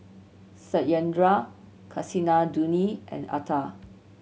Satyendra Kasinadhuni and Atal